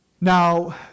Now